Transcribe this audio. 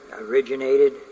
originated